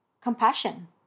compassion